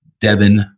Devin